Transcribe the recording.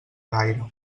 gaire